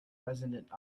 resonant